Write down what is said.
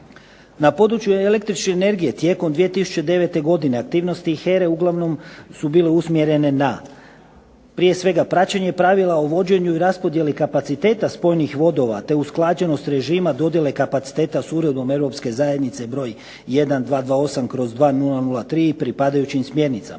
Na području električne energije tijekom 2009. godine aktivnosti HERE uglavnom su bile usmjerene na prije svega praćenje pravila o vođenju i raspodjeli kapaciteta spojnih vodova, te usklađenost režima dodjele kapaciteta sa Uredbom Europske zajednice br. 1228/2003 i pripadajućim smjernicama.